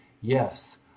yes